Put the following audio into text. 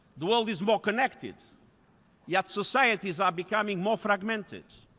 the world is more connected yet societies are becoming more fragmented.